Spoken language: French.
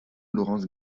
laurence